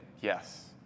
yes